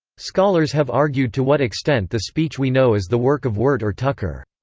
scholars have argued to what extent the speech we know is the work of wirt or tucker.